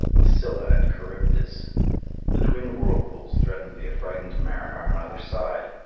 of scylla and charybdis. the twin whirlpools threatened the affrightened mariner on either side.